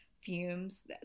fumes